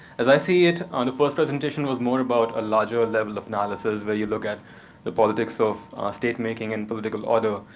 as i see it, um the first presentation was more about a larger level of analysis, where you look at the politics of state-making and political order,